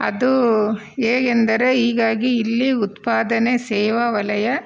ಅದು ಹೇಗೆಂದರೆ ಹೀಗಾಗಿ ಇಲ್ಲಿ ಉತ್ಪಾದನೆ ಸೇವಾ ವಲಯ